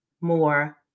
more